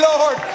Lord